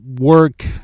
work